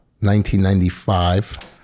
1995